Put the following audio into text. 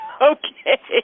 Okay